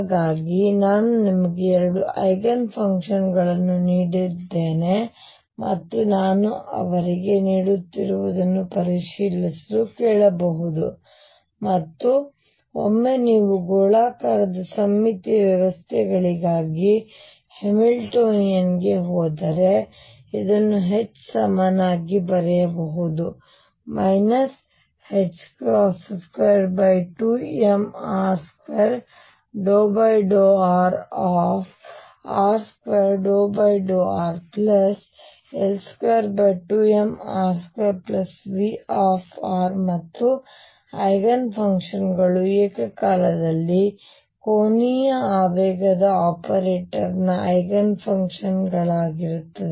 ಹಾಗಾಗಿ ನಾನು ನಿಮಗೆ 2 ಐಗನ್ ಫಂಕ್ಷನ್ಗಳನ್ನು ನೀಡಿದ್ದೇನೆ ಮತ್ತು ನಾನು ಅವರಿಗೆ ನೀಡುತ್ತಿರುವುದನ್ನು ಪರಿಶೀಲಿಸಲು ಕೇಳಬಹುದು ಮತ್ತು ಒಮ್ಮೆ ನೀವು ಗೋಳಾಕಾರದ ಸಮ್ಮಿತೀಯ ವ್ಯವಸ್ಥೆಗಳಿಗಾಗಿ ಹ್ಯಾಮಿಲ್ಟೋನಿಯನ್ ಗೆ ಹೋದರೆ ಇದನ್ನು H ಸಮನಾಗಿ ಬರೆಯಬಹುದು ℏ22mr2∂rr2∂rL22mr2V ಮತ್ತು ಐಗನ್ ಫಂಕ್ಷನ್ ಗಳು ಏಕಕಾಲದಲ್ಲಿ ಕೋನೀಯ ಆವೇಗದ ಆಪರೇಟರ್ ನ ಐಗನ್ ಫಂಕ್ಷನ್ಗಳಾಗಿರುತ್ತವೆ